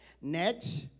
next